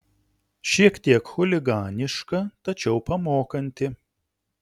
šiek tiek chuliganiška tačiau pamokanti